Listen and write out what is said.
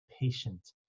patient